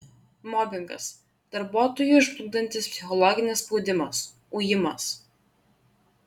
mobingas darbuotoją žlugdantis psichologinis spaudimas ujimas